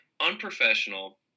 unprofessional